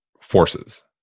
forces